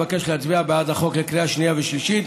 אני מבקש להצביע בעד החוק בקריאה שנייה ושלישית,